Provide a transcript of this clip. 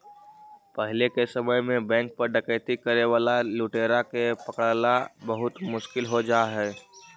पहिले के समय में बैंक पर डकैती करे वाला लुटेरा के पकड़ला बहुत मुश्किल हो जा हलइ